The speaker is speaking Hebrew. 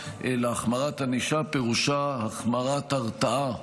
אלא החמרת ענישה פירושה החמרת הרתעה,